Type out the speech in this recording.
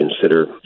consider